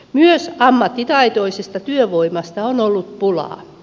myös ammattitaitoisesta työvoimasta on ollut pulaa